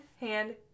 hand